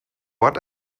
what